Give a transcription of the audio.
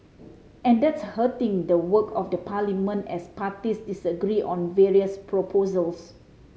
and that's hurting the work of the parliament as parties disagree on various proposals